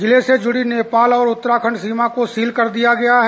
जिले से जुड़ी नेपाल और उत्तराखंड सीमा को सील कर दिया गया है